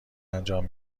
انجام